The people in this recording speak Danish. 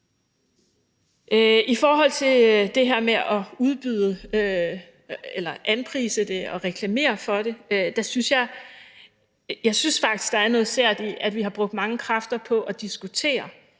I forhold til det her med at anprise det og reklamere for det synes jeg faktisk, der er noget sært i, at vi har brugt mange kræfter på at diskutere,